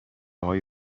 های